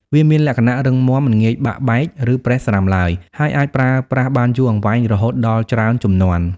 វាមានលក្ខណៈរឹងមាំ មិនងាយបាក់បែក ឬប្រេះស្រាំឡើយ ហើយអាចប្រើប្រាស់បានយូរអង្វែងរហូតដល់ច្រើនជំនាន់។